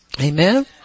Amen